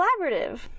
Collaborative